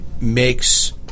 makes